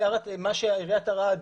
מה שעירית ערד,